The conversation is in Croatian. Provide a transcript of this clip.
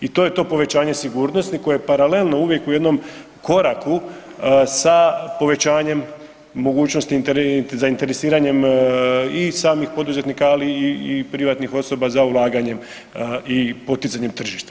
I to je to povećanje sigurnosti koje je paralelno uvijek u jednom koraku sa povećanjem mogućnosti zainteresiranjem i samih poduzetnika, ali i privatnih osoba za ulaganjem i poticanjem tržišta.